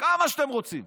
כמה שאתם רוצים.